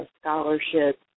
scholarships